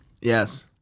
Yes